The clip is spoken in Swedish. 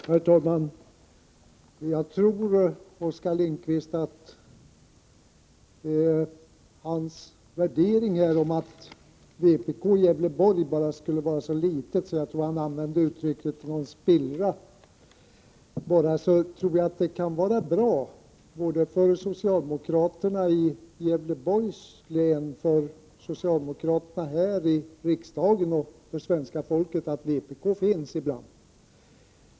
Herr talman! Beträffande Oskar Lindkvists värdering att vpk i Gävleborg skulle vara så litet — jag tror att han använde uttrycket spillra — vill jag säga att det ibland kan vara bra för socialdemokraterna i Gävleborgs län och i riksdagen samt för svenska folket att vpk finns.